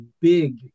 big